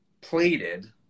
plated